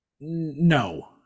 No